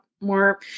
more